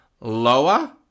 Lower